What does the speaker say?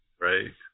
Right